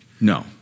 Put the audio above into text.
No